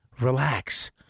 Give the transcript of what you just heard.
relax